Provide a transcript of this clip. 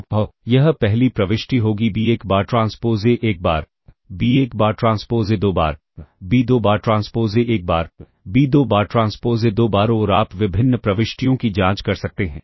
तो यह पहली प्रविष्टि होगी B 1 बार ट्रांसपोज़ A 1 बार B 1 बार ट्रांसपोज़ A 2 बार B 2 बार ट्रांसपोज़ A 1 बार B 2 बार ट्रांसपोज़ A 2 बार और आप विभिन्न प्रविष्टियों की जांच कर सकते हैं